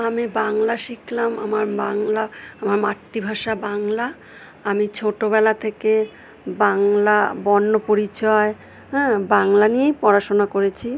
আমি বাংলা শিখলাম আমার বাংলা আমার মাতৃভাষা বাংলা আমি ছোটোবেলা থেকে বাংলা বর্ণপরিচয় হ্যাঁ বাংলা নিয়েই পড়াশোনা করেছি